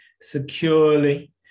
securely